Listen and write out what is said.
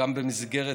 גם במסגרת,